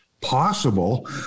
possible